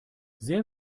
sehr